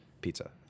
pizza